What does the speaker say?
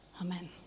Amen